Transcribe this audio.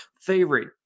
favorite